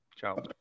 Ciao